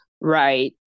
right